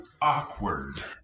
awkward